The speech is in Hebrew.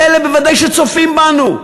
ואלה שבוודאי צופים בנו: